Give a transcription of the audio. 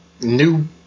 New –